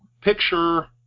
picture